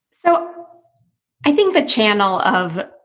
so i think the channel of.